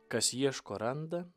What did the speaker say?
kas ieško randa